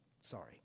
sorry